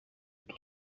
του